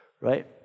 Right